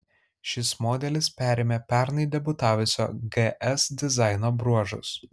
šis modelis perėmė pernai debiutavusio gs dizaino bruožus